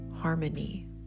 harmony